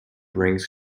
brings